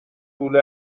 طول